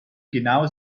genau